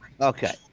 Okay